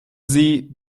sie